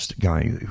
guy